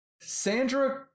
sandra